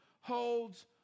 holds